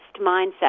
mindset